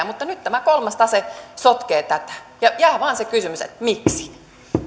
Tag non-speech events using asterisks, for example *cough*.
*unintelligible* mutta nyt tämä kolmas tase sotkee tätä ja jää vain se kysymys että miksi